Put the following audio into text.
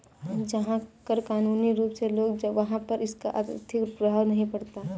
जहां कर कानूनी रूप से लगे वहाँ पर इसका आर्थिक प्रभाव नहीं पड़ता